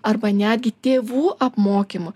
arba netgi tėvų apmokymų